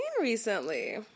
recently